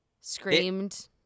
screamed